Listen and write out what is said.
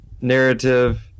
narrative